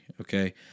okay